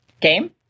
game